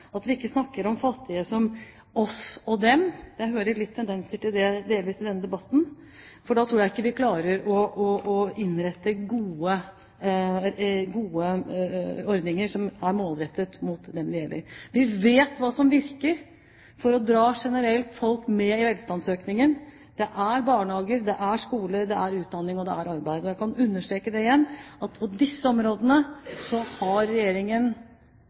fattige som oss og dem – jeg hører delvis litt tendenser til det i denne debatten – for da tror jeg ikke vi klarer å innrette gode ordninger, som er målrettet mot dem det gjelder. Vi vet hva som generelt virker for å dra folk med i velstandsøkningen. Det er barnehager, det er skoler, det er utdanning, og det er arbeid. Jeg kan understreke igjen at på disse områdene har Regjeringen